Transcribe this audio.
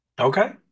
Okay